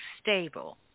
stable